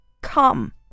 Come